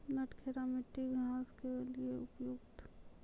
नटखेरा मिट्टी घास के लिए उपयुक्त?